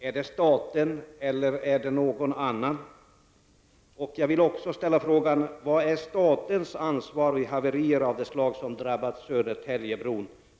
Är det staten eller är det någon annan? Jag vill också ställa frågan om vilket statens ansvar är vid haverier av det slag som drabbat Södertäljebron.